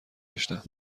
داشتم